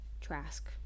trask